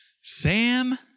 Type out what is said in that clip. Sam